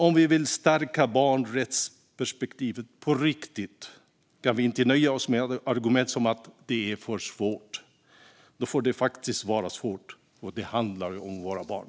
Om vi vill stärka barnrättsperspektivet på riktigt kan vi inte nöja oss med argument som att det är för svårt. Det får faktiskt vara svårt, för det handlar ju om våra barn.